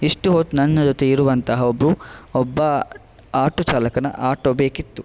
ಇಷ್ಟು ಹೊತ್ತು ನನ್ನ ಜೊತೆ ಇರುವಂತಹ ಒಬ್ಬರು ಒಬ್ಬ ಆಟೋ ಚಾಲಕನ ಆಟೋ ಬೇಕಿತ್ತು